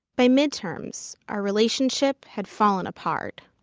by midterms, our relationship had fallen apart.